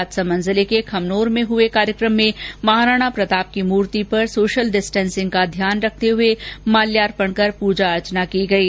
राजसमंद जिले के खमनोर में रखे गए कार्यक्रम में महाराणा प्रताप की मूर्ति पर सोशल डिस्टेंसिंग का ध्यान रखते हुए माल्यार्पण कर पूजा अर्चना की गयी